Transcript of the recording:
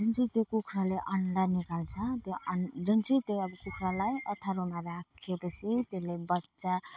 जुन चाहिँ त्यो कुखुराले अण्डा निकाल्छ त्यो अनि जुन चाहिँ त्यो अब कुखुरालाई ओथ्रामा राखे पछि त्यसले बच्चा